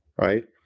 right